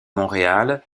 montréal